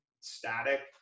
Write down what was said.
static